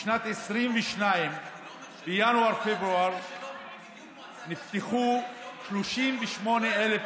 בשנת 2022 בינואר-פברואר נפתחו 38,000 עסקים,